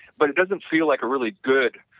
but it doesn't feel like really good,